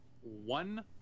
one